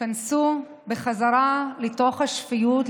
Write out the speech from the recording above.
היכנסו בחזרה לתוך השפיות,